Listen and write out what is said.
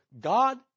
God